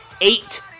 eight